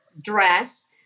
dress